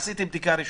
עשיתי בדיקה ראשונה,